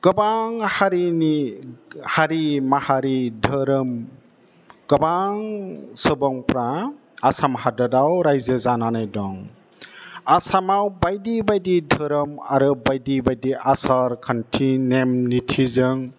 गोबां हारिनि हारि माहारि धोरोम गोबां सुबुंफ्रा आसाम हादराव राज्यो जानानै दं आसामाव बायदि बायदि धोरोम आरो बायदि बायदि आसार खान्थि नेम निथिजों